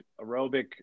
aerobic